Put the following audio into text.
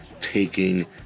taking